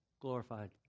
Glorified